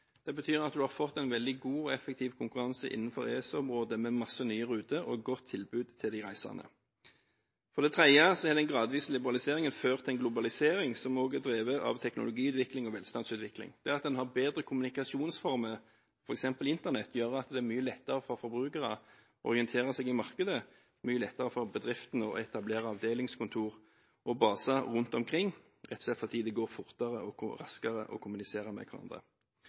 Det betyr at en har fått en veldig god og effektiv konkurranse innenfor EØS-området, med mange nye ruter og et godt tilbud til de reisende. For det tredje har den gradvise liberaliseringen ført til en globalisering som også er drevet av teknologiutvikling og velstandsutvikling. Det at en har bedre kommunikasjonsformer, f.eks. Internett, gjør at det er mye lettere for forbrukerne å orientere seg i markedet og mye lettere for bedriftene å etablere avdelingskontorer og baser rundt omkring, rett og slett fordi det går raskere å kommunisere med hverandre.